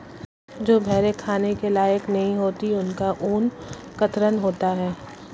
जो भेड़ें खाने के लायक नहीं होती उनका ऊन कतरन होता है